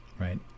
right